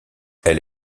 elle